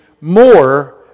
more